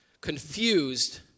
confused